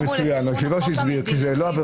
היושב-ראש הסביר את זה מצוין.